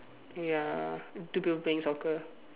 ya two people playing soccer